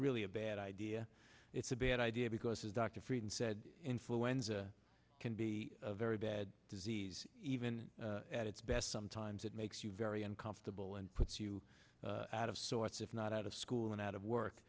really a bad idea it's a bad idea because as dr frieden said influenza can be a very bad disease even at its best sometimes it makes you very uncomfortable and puts you out of sorts if not out of school and out of work